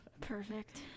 perfect